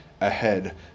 ahead